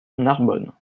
narbonne